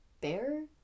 Bear